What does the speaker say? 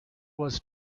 was